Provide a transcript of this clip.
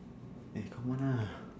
eh come on ah